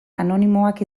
anonimoak